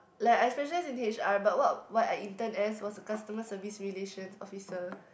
like I specialise in H_R but what what I intern as was a customer service relation officer